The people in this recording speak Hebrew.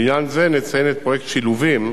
לעניין זה נציין את פרויקט "שילובים",